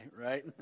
right